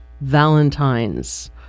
Valentine's